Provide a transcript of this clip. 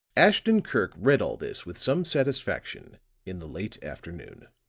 ashton-kirk read all this with some satisfaction in the late afternoon.